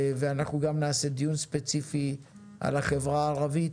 אנחנו גם נעשה דיון ספציפי על החברה הערבית